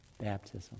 baptism